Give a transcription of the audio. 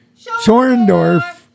Schorendorf